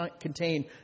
contain